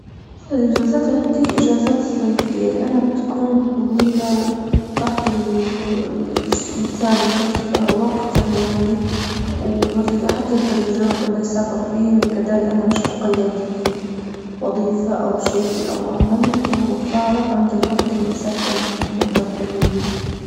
أحسن الجلسات عندي الجلسات الصيفية لأنها بتكون طويلة وتحت الإنسان فرصته وقته يعني حتى يقدر يجرب أنه يسافر فيهن وكدا لأنه مش مقيد في وظيفة أو شيء أو عمل فهو فارق عنده الوجت انه يسافر لمدة طويلة.